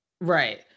Right